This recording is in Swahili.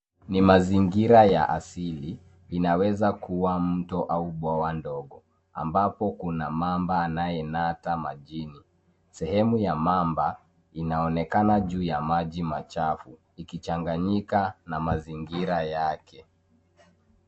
Ni mazingira ya asili, inaweza kuwa mto au bwawa dogo ambapo kuna mamba anayenata majini. Sehemu ya mamba inaonekana juu ya maji machafu ikichanganyika na mazingira yake.